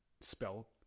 spell